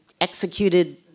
executed